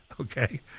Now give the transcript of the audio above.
okay